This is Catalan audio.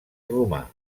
romà